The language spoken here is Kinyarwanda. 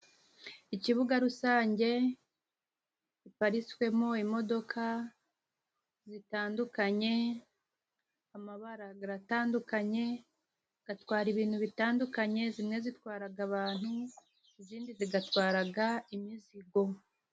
Ikibuga rusange giparitswemo imodoka zitandukanye, amabara garatandukanye, gatwara ibintu bitandukanye, zimwe zitwaraga abantu, izindi zigatwaraga imizigo.